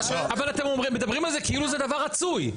אבל אתם מדברים על זה כאילו זה דבר רצוי.